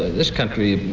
this country,